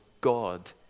God